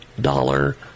dollar